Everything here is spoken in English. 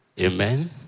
Amen